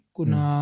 Kuna